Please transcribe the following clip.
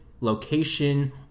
location